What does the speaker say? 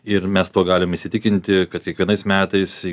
ir mes tuo galim įsitikinti kad kiekvienais metais į